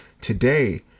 today